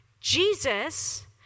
Jesus